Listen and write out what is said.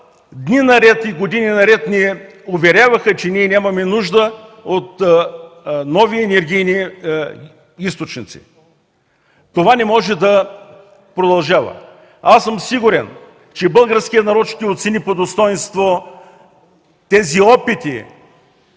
зала дни и години наред ни уверяваха, че нямаме нужда от нови енергийни източници. Това не може да продължава. Аз съм сигурен, че българският народ ще оцени по достойнство тези опити